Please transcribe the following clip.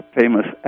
famous